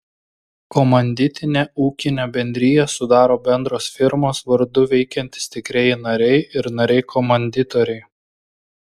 komanditinę ūkinę bendriją sudaro bendros firmos vardu veikiantys tikrieji nariai ir nariai komanditoriai